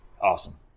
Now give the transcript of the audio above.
Awesome